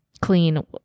clean